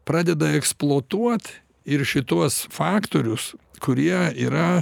pradeda eksploatuot ir šituos faktorius kurie yra